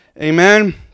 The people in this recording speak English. Amen